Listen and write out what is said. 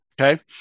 Okay